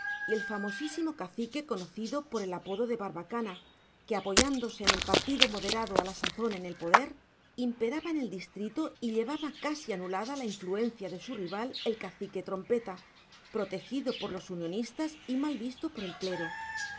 el famosísimo cacique conocido por el apodo de barbacana que apoyándose en el partido moderado a la sazón en el poder imperaba en el distrito y llevaba casi anulada la influencia de su rival el cacique trampeta protegido por los unionistas y mal visto por el clero